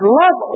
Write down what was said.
love